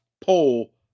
poll